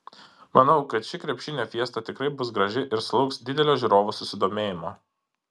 manau kad ši krepšinio fiesta tikrai bus graži ir sulauks didelio žiūrovų susidomėjimo